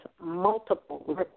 multiple